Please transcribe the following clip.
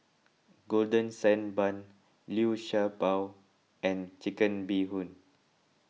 Golden Sand Bun Liu Sha Bao and Chicken Bee Hoon